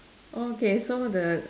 okay so the